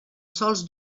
sols